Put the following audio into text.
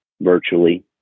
virtually